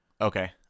Okay